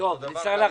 נצטרך להחליט.